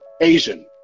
asian